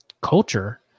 culture